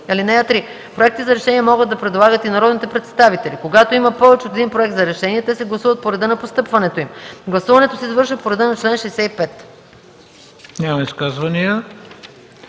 минути. (3) Проекти за решение могат да предлагат и народните представители. Когато има повече от един проект за решение, те се гласуват по реда на постъпването им. Гласуването се извършва по реда на чл. 65.” ПРЕДСЕДАТЕЛ